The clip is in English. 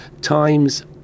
times